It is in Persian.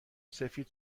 سفید